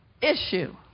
issue